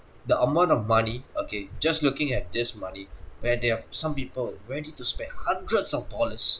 the amount of money okay just looking at this money where they are some people ready to spend hundreds of dollars